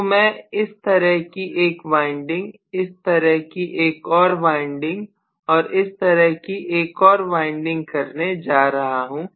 तो मैं इस तरह की एक वाइंडिंग इस तरह की एक और वाइंडिंग और इस तरह की एक और वाइंडिंग करने जा रहा हूं